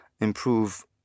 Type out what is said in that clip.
improve